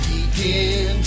Begin